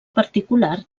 particular